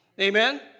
Amen